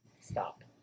Stop